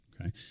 Okay